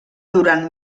durant